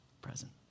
present